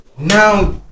now